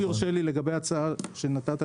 אם יורשה לי, נתת הצעה להרחבת